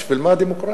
בשביל מה דמוקרטיה?